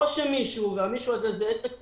או מישהו, שזה עסק פרטי,